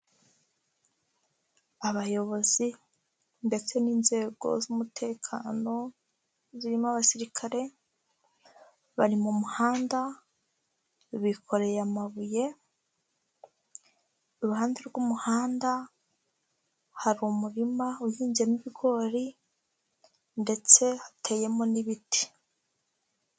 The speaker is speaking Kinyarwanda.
Abayobozi ndetse n'inzego z'umutekano zirimo abasirikare bari mu muhanda bikoreye amabuye, iruhande rw'umuhanda hari umurima uhinzemo ibigori ndetse hateyemo n'ibiti.